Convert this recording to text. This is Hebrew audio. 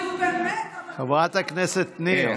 חברת הכנסת ניר.